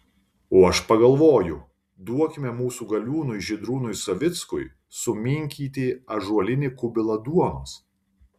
o aš pagalvoju duokime mūsų galiūnui žydrūnui savickui suminkyti ąžuolinį kubilą duonos